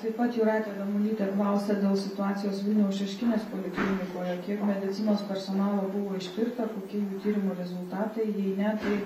taip pat jūratė damulytė klausia dėl situacijos vilniaus šeškinės poliklinikoje kiek medicinos personalo buvo ištirta kokie jų tyrimų rezultatai jei ne tai